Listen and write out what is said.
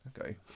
okay